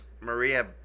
Maria